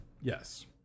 Yes